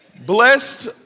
Blessed